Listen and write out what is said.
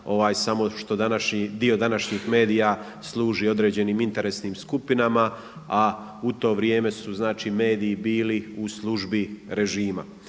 samo što dio današnjih medija služi određenim interesnim skupinama, a u to vrijeme su mediji bili u službi režima.